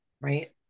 right